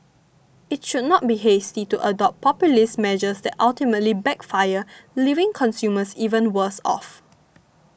it should not be hasty to adopt populist measures that ultimately backfire leaving consumers even worse off